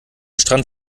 strand